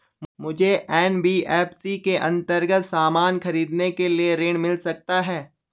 मुझे एन.बी.एफ.सी के अन्तर्गत सामान खरीदने के लिए ऋण मिल सकता है?